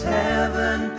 heaven